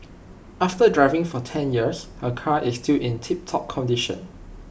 after driving for ten years her car is still in tiptop condition